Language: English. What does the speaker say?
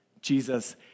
Jesus